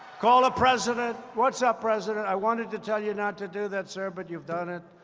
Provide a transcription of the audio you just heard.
call a president what's up, president? i wanted to tell you not to do that, sir. but you've done it.